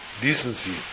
decency